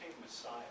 Messiah